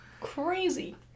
crazy